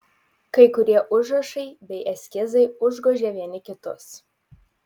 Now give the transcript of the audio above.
kai kurie užrašai bei eskizai užgožė vieni kitus